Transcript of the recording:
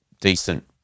decent